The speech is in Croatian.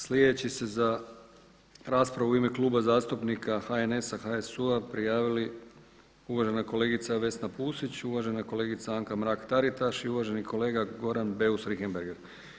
Sljedeći se za raspravu u ime Kluba zastupnika HNS-a, HSU-a prijavili uvažena kolegica Vesna Pusić, uvažena kolegica Anka Mrak-Taritaš i uvaženi kolega Goran Beus-Richembergh.